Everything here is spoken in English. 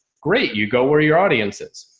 great you go, where are your audiences?